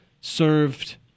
served